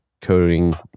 coding